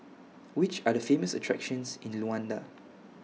Which Are The Famous attractions in Luanda